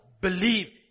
believe